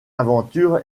aventure